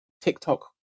TikTok